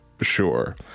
sure